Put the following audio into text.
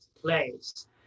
place